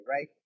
right